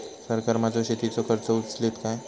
सरकार माझो शेतीचो खर्च उचलीत काय?